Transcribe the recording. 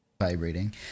vibrating